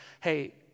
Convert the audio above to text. hey